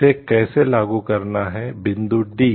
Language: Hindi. इसे कैसे लागू करना है बिंदु d